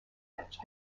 edge